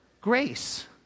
grace